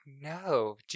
No